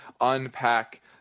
unpack